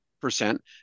percent